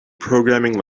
programming